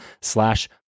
slash